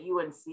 UNC